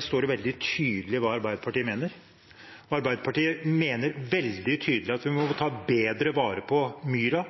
står det veldig tydelig hva Arbeiderpartiet mener. Arbeiderpartiet mener veldig tydelig at vi må ta bedre vare på myra